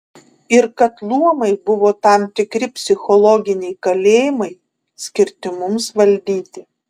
ir kad luomai buvo tam tikri psichologiniai kalėjimai skirti mums valdyti